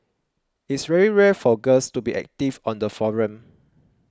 it's very rare for girls to be active on the forum